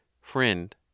Friend